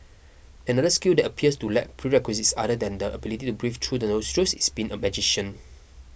another skill that appears to lack prerequisites other than the ability to breathe through the nostrils is being a magician